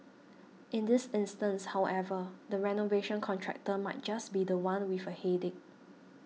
in this instance however the renovation contractor might just be the one with a headache